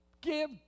Give